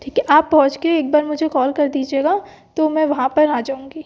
ठीक है आप पहुंच के एक बार मुझे कॉल कर दीजिएगा तो मैं वहाँ पर आ जाऊँगी